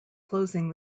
closing